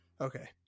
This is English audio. Okay